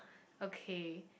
okay